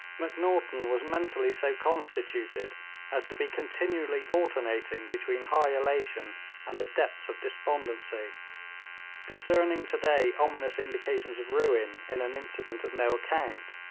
macnaghten was mentally so constituted as to be continually alternating between high elation and the depths of despondency discerning to-day ominous indications of ruin in an incident of no account,